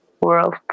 world